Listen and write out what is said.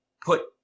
put